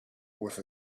with